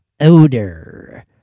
odor